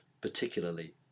particularly